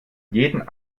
jeden